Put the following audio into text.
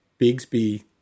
Bigsby